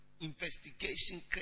Investigation